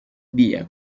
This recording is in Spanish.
día